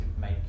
make